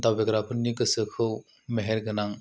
दावबायग्राफोरनि गोसोखौ मेहेर गोनां